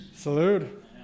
Salute